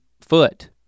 foot